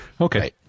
Okay